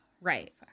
right